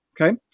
Okay